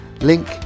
link